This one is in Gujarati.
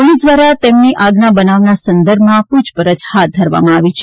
પોલીસ દ્વારા તેમની આગના બનાવના સંદર્ભમાં પૂછપરછ હાથ ધરવામાં આવી છે